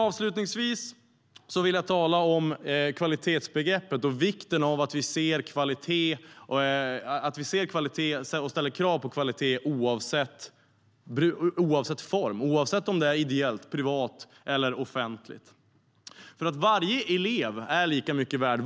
Avslutningsvis vill jag tala om kvalitetsbegreppet och vikten av att vi ställer krav på kvalitet oavsett form, oavsett om det är ideellt, privat eller offentligt. Varje elev är lika mycket värd.